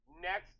next